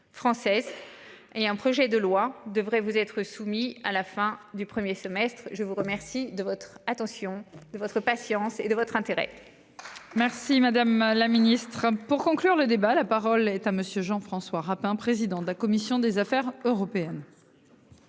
et un projet de loi devrait vous être soumis à la fin du 1er semestre. Je vous remercie de votre attention de votre patience et de votre intérêt. Merci madame la ministre, hein. Pour conclure le débat. La parole est à monsieur Jean-François Rapin, président de la commission des affaires européennes.